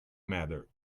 matter